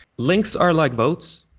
links are like votes.